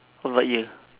how about you